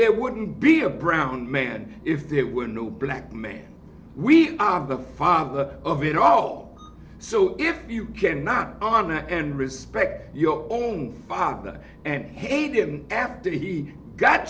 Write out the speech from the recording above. there wouldn't be a brown man if there were no black men we are the father of it all so if you cannot are not and respect your own father and hate him after he got